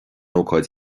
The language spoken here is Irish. ócáid